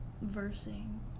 versing